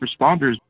responders